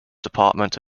department